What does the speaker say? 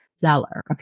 seller